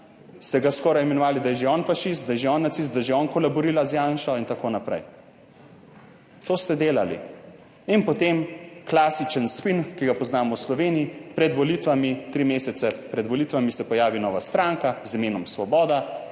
skoraj imenovali, da je že on fašist, da je že on nacist, da že on kolaborira z Janšo in tako naprej. To ste delali. In potem klasičen spin, ki ga poznamo v Sloveniji, pred volitvami, tri mesece pred volitvami se pojavi nova stranka z imenom Svoboda